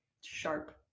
sharp